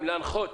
להנחות